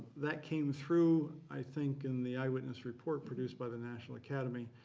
that came through, i think, in the eyewitness report produced by the national academy.